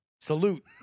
Salute